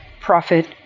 profit